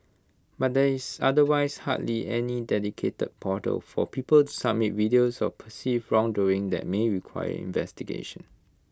but there is otherwise hardly any dedicated portal for people to submit videos of perceived wrongdoing that may require investigation